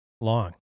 long